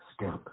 step